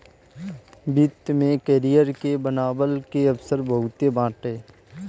वित्त में करियर के बनवला के अवसर बहुते बाटे